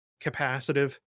capacitive